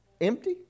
empty